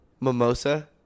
Mimosa